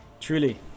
Truly